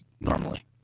normally